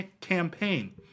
campaign